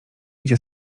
idzie